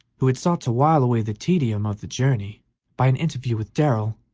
who had sought to while away the tedium of the journey by an interview with darrell,